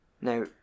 Now